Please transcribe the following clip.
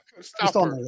Stop